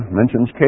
mentions